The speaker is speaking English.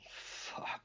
Fuck